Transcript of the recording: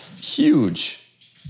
huge